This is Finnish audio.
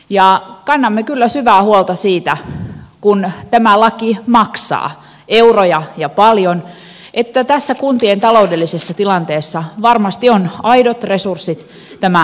ja kannamme kyllä syvää huolta siitä kun tämä laki maksaa euroja ja paljon että tässä kuntien taloudellisessa tilanteessa varmasti on aidot resurssit tämä laki toteuttaa